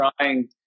trying